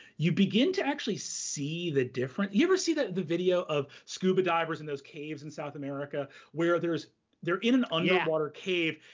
you begin to actually see the different. you ever see the the video of scuba divers in those caves in south america where they're in an underwater cave,